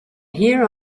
here